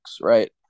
Right